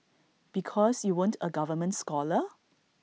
because you weren't A government scholar